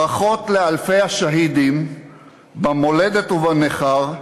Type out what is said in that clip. ברכות לאלפי השהידים במולדת ובנכר,